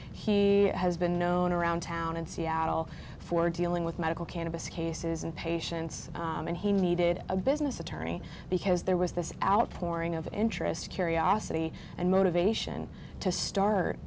he has been known around town in seattle for dealing with medical cannabis cases and patients and he needed a business attorney because there was this outpouring of interest curiosity and motivation to start